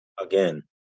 again